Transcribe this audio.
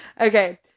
Okay